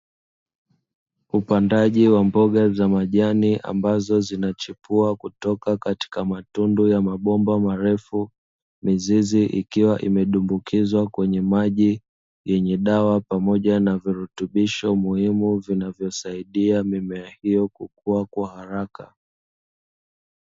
Upandaji wa mboga za majani ambazo zinachipua kutoka katika matundu ya mabomba marefu. Mizizi ikiwa imedumbukizwa kwenye maji yenye dawa pamoja na virutubisho muhimu vinavyosaidia mimea hiyo kukua kwa haraka.